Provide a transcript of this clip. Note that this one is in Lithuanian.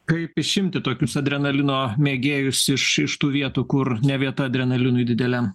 kaip išimti tokius adrenalino mėgėjus iš iš tų vietų kur ne vieta adrenalinui dideliam